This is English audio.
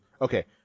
Okay